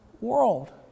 world